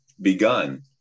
begun